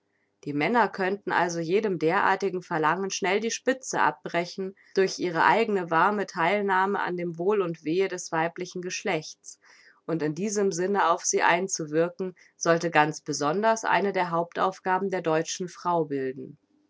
die männer könnten also jedem derartigen verlangen schnell die spitze abbrechen durch ihre eigne warme theilnahme an dem wohl und wehe des weiblichen geschlechts und in diesem sinne auf sie einzuwirken sollte ganz besonders eine der hauptaufgaben der deutschen frau bilden